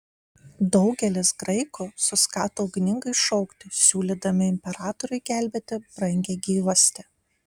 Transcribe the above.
daugelis graikų suskato ugningai šaukti siūlydami imperatoriui gelbėti brangią gyvastį